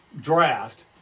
draft